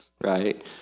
right